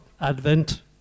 Advent